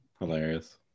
Hilarious